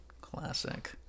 Classic